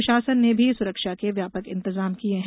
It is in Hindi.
प्रशासन ने भी सुरक्षा के व्यापक इंतजाम किये हैं